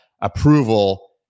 approval